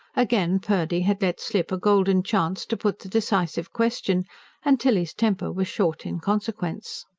again purdy had let slip a golden chance to put the decisive question and tilly's temper was short in consequence.